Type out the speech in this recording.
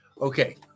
Okay